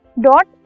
dot